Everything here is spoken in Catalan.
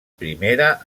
primera